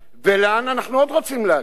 ולאן אנחנו עוד רוצים להגיע?